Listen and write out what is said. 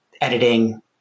editing